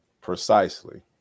Precisely